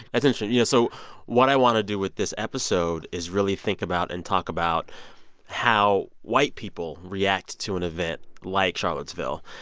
that's interesting. you know, so what i want to do with this episode is really think about and talk about how white people react to an event like charlottesville.